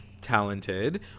talented